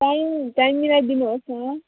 time time मिलाई दिनुहोस् न